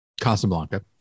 casablanca